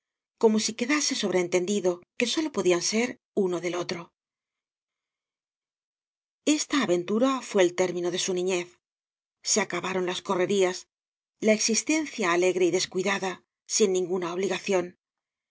como si quedase sobrentendido que sólo podían ser uno del otro esta aventura fué el término de su niñez se acabaron las correrías la existencia alegre y descuidada sin ninguna obligación